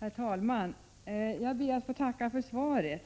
Herr talman! Jag ber att få tacka för svaret.